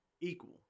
equal